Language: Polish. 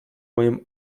mają